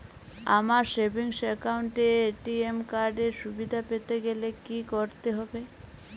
আমার savings account এ ATM card এর সুবিধা পেতে গেলে কি করতে হবে?